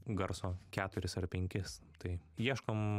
garso keturis ar penkis tai ieškom